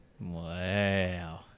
Wow